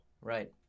Right